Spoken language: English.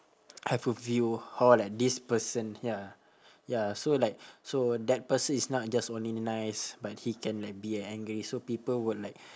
have a view how like this person ya ya so like so that person is not just only nice but he can like be angry so people would like